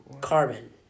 carbon